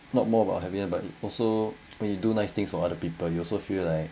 not more about having it but it also when you do nice things for other people you also feel like